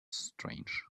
strange